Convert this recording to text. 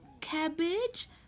cabbage